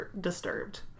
disturbed